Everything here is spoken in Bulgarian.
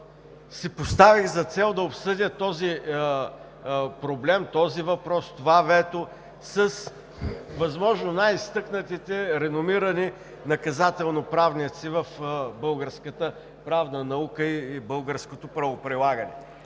си поставих за цел да обсъдя този проблем, този въпрос, това вето с възможно най-изтъкнатите, реномирани наказателно правници в българската правна наука и българското правоприлагане.